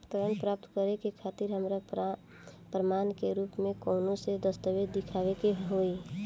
ऋण प्राप्त करे के खातिर हमरा प्रमाण के रूप में कउन से दस्तावेज़ दिखावे के होइ?